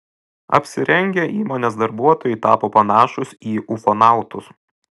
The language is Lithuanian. apsirengę įmonės darbuotojai tapo panašūs į ufonautus